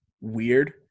weird